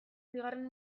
bigarren